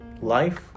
life